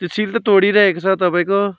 त्यो सिल त तोडिराखेको छ तपाईँको